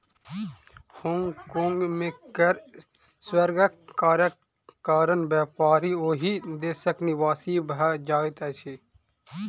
Hong Kong में कर स्वर्गक कारण व्यापारी ओहि देशक निवासी भ जाइत अछिं